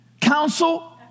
counsel